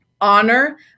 honor